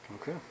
Okay